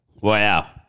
Wow